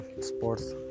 sports